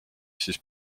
siis